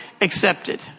accepted